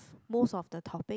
most of the topic